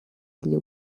для